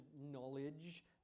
knowledge